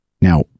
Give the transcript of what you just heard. Now